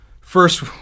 First